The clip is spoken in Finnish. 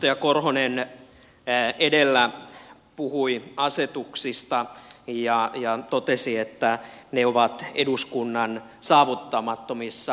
edustaja korhonen edellä puhui asetuksista ja totesi että ne ovat eduskunnan saavuttamattomissa